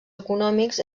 econòmics